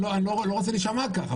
אני לא רוצה להישמע כך,